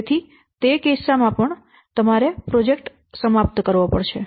તેથી તે કેસ માં પણ તમારે પ્રોજેક્ટ સમાપ્ત કરવો પડશે